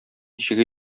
чиге